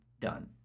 done